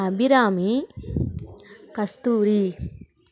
Abirami Kasthuri